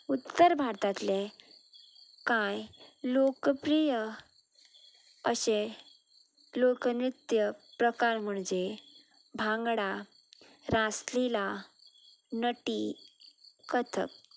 उत्तर भारतांतले कांय लोकप्रिय अशें लोकनृत्य प्रकार म्हणजे भांगडा रास लिला नटी कथक